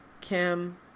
Kim